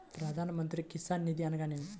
ప్రధాన మంత్రి కిసాన్ నిధి అనగా నేమి?